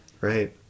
Right